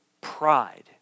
pride